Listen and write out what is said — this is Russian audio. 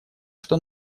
что